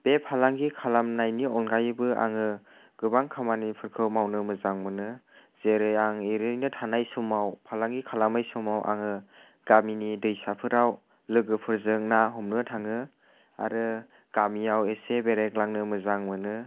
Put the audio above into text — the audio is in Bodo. बे फालांगि खालामनायनि अनगायैबो आङो गोबां खामानिफोरखौ मावनो मोजां मोनो जेरै आं एरैनो थानाय समाव फालांगि खालामै समाव आङो गामिनि दैसाफोराव लोगोफोरजों ना हमनो थाङो आरो गामिआव एसे बेरायग्लांनो मोजां मोनो